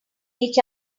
each